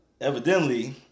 Evidently